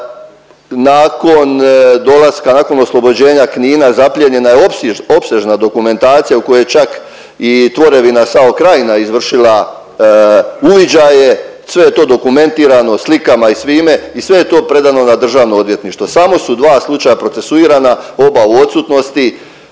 Nakon dolaska, nakon oslobođenja Knina zaplijenjena je opsežna dokumentacija u kojoj je čak i tvorevina SAO Krajina izvršila uviđaje. Sve je to dokumentirano slikama i svime i sve je to predano na Državno odvjetništvo. Samo su dva slučaja procesuirana, oba u odsutnosti.